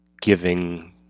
giving